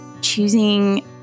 choosing